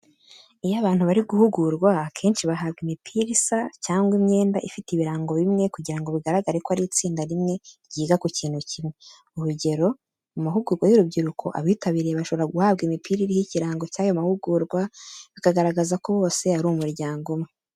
Iyo abantu bari guhugurwa, akenshi bahabwa imipira isa cyangwa imyenda ifite ibirango bimwe kugira ngo bigaragare ko ari itsinda rimwe ryiga ku kintu kimwe. Urugero, mu mahugurwa y'urubyiruko, abitabiriye bashobora guhabwa imipira iriho ikirango cy'ayo mahugurwa, bikagaragaza ko bose ari umuryango umwe.